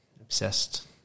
obsessed